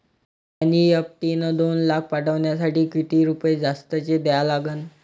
NEFT न दोन लाख पाठवासाठी किती रुपये जास्तचे द्या लागन?